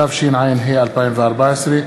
התשע"ה 2014,